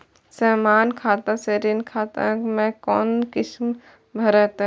समान खाता से ऋण खाता मैं कोना किस्त भैर?